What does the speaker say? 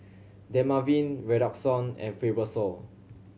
Dermaveen Redoxon and Fibrosol